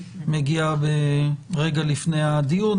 מגיע רגע לפני הדיון,